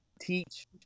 teach